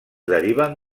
deriven